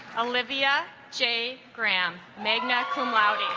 olivia j graham magna cum laude